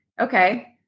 okay